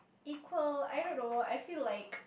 equal I don't know I feel like